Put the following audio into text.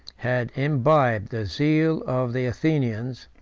had imbibed the zeal of the athenians,